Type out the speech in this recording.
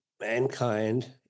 mankind